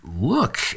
look